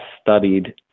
studied